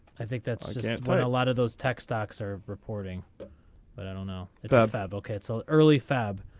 i think that's what a lot of those tech stocks are reporting but i don't know if that babble cancel early fab.